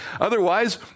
Otherwise